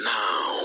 now